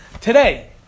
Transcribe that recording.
today